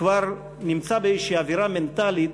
כבר נמצא באיזושהי אווירה מנטלית